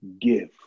give